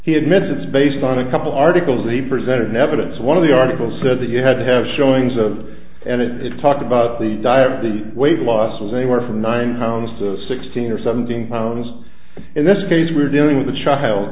he admits is based on a couple articles that he presented evidence one of the article said that you had to have showings of and it talked about the dire the weight loss was a work from nine pounds to sixteen or seventeen pounds in this case we're dealing with a child